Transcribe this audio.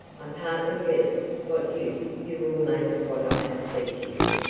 i partly guess what use you will make of what i have said to